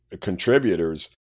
contributors